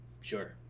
sure